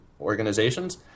organizations